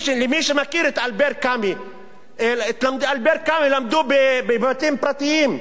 את אלבר קאמי למדו בבתים פרטיים,